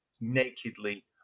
nakedly